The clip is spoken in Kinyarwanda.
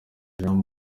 jean